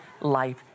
life